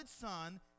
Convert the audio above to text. son